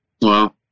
Wow